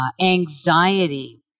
anxiety